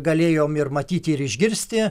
galėjom ir matyti ir išgirsti